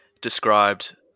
described